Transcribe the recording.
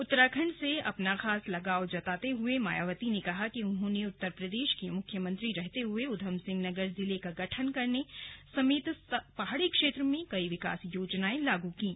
उत्तराखंड से अपना खास लगाव जताते हुए मायावती ने कहा कि उन्होंने उत्तर प्रदेश की मुख्यमंत्री रहते हए ऊधम सिंह नगर जिले का गठन करने समेत पहाड़ी क्षेत्र में कई विकास योजनाए लागू कीं